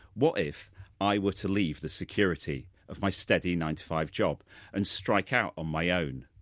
what if i were to leave the security of my steady nine to five job and strike out on my own?